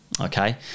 okay